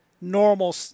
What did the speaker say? normal